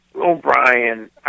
O'Brien